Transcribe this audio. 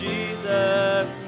Jesus